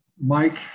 Mike